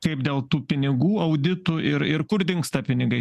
kaip dėl tų pinigų auditų ir ir kur dingsta pinigai